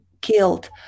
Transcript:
killed